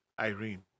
Irene